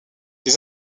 les